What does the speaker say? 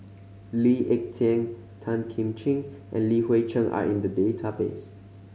Lee Ek Tieng Tan Kim Ching and Li Hui Cheng are in the database